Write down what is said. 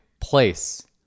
place